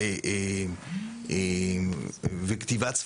אני חושב שמבחינה מסוימת הייתי מעלה